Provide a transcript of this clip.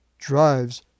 drives